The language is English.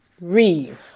Read